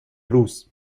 روز